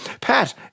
Pat